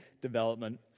development